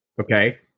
okay